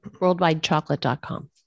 Worldwidechocolate.com